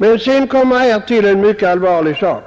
Men sedan kommer en mycket allvarlig sak.